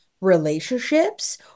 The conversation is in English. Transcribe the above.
relationships